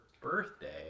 birthday